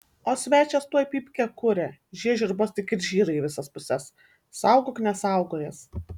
o svečias tuoj pypkę kuria žiežirbos tik ir žyra į visas puses saugok nesaugojęs